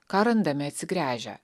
ką randame atsigręžę